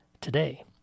today